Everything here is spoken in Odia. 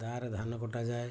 ଦାଆରେ ଧାନ କଟାଯାଏ